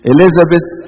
Elizabeth